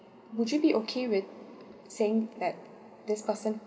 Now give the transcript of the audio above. would you be okay with saying that this person